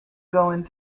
going